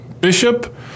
bishop